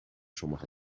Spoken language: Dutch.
sommige